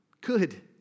Good